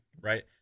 right